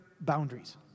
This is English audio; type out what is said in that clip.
boundaries